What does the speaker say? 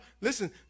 listen